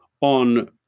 on